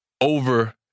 over